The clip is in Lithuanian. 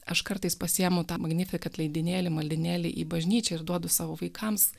aš kartais pasiemu tą magnificat leidinėlį maldynėlį į bažnyčią ir duodu savo vaikams